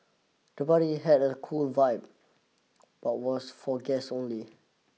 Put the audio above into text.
the party had a cool vibe but was for guests only